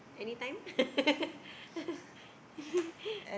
anytime